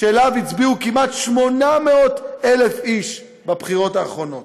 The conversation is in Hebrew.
שלו הצביעו כמעט 800,000 איש בבחירות האחרונות.